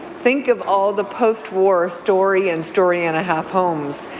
think of all the post-war story and storey and a half homes.